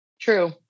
True